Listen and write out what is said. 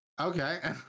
Okay